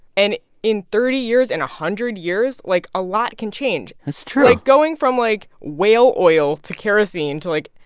and in thirty years, in one hundred years, like, a lot can change that's true like, going from, like, whale oil to kerosene to, like,